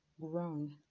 grown